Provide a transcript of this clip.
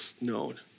known